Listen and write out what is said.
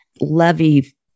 levy